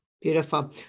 Beautiful